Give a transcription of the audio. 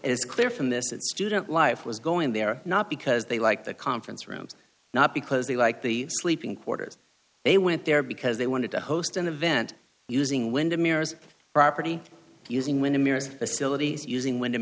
is clear from this that student life was going there not because they like the conference rooms not because they like the sleeping quarters they went there because they wanted to host an event using window mirrors property using when the mirrors facilities using window